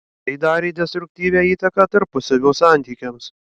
tai darė destruktyvią įtaką tarpusavio santykiams